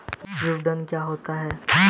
विपणन क्या होता है?